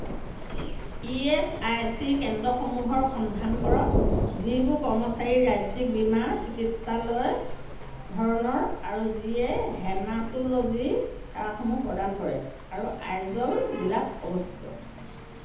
ESIC কেন্দ্ৰসমূহৰ সন্ধান কৰক যিবোৰ কৰ্মচাৰীৰ ৰাজ্যিক বীমা চিকিৎসালয় ধৰণৰ আৰু যিয়ে হেমাটোলজি সেৱাসমূহ প্ৰদান কৰে আৰু আইজল জিলাত অৱস্থিত